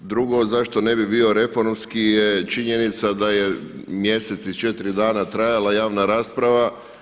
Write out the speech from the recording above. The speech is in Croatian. Drugo, zašto ne bi bio reformski je činjenica da je mjesec i četiri dana trajala javna rasprava.